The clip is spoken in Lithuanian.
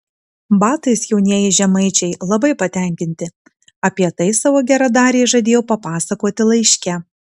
batais jaunieji žemaičiai labai patenkinti apie tai savo geradarei žadėjo papasakoti laiške